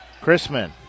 Chrisman